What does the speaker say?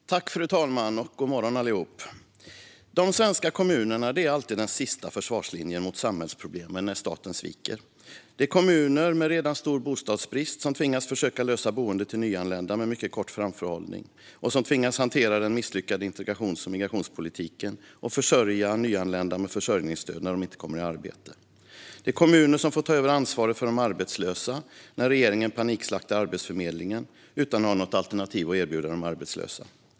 Ändringar i kostnads-utjämningen för kommuner och landsting Fru talman! God morgon, allihop! De svenska kommunerna är alltid den sista försvarslinjen mot samhällsproblemen när staten sviker. Det är kommuner med redan stor bostadsbrist som tvingas försöka lösa boende till nyanlända med mycket kort framförhållning och som tvingas hantera den misslyckade migrations och integrationspolitiken och försörja nyanlända med försörjningsstöd när de inte kommer i arbete. Det är kommuner som får ta över ansvaret för de arbetslösa när regeringen panikslaktar Arbetsförmedlingen utan att ha något alternativ att erbjuda de arbetslösa.